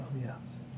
Yes